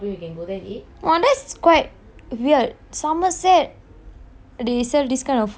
!wah! that's quite weird somerset they sell this kind of food !wow!